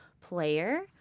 player